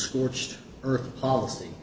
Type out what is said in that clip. scorched earth policy